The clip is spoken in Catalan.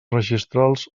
registrals